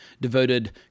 devoted